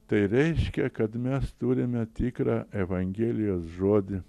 tai reiškia kad mes turime tikrą evangelijos žodį